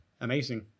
amazing